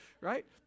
right